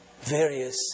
various